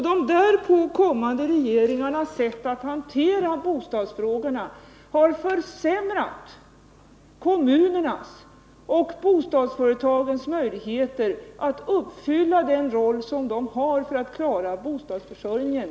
De därpå kommande regeringarnas sätt att hantera bostadsfrågorna har försämrat kommunernas och bostadsföretagens möjligheter att uppfylla den roll som de har för att klara bostadsförsörjningen.